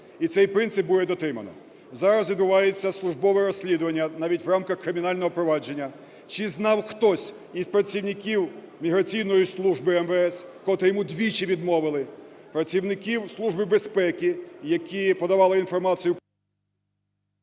І цей принцип буде дотримано. Зараз відбувається службове розслідування навіть в рамках кримінального провадження, чи знав хтось із працівників міграційної служби МВС, котрі йому двічі відмовили, працівників Служби безпеки, які подавали інформацію…